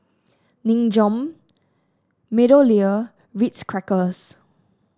Nin Jiom MeadowLea Ritz Crackers